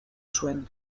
zuen